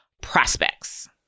prospects